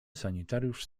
sanitariusz